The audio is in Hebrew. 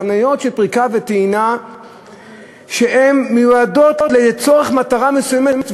חניות של פריקה וטעינה מיועדות למטרה מסוימת,